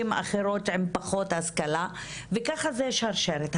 אחרות עם פחות השכלה וככה זה שרשרת.